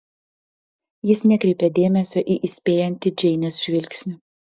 jis nekreipia dėmesio į įspėjantį džeinės žvilgsnį